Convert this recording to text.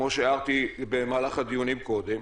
כמו שהערתי במהלך הדיונים קודם.